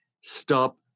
Stop